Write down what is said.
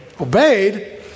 Obeyed